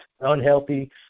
unhealthy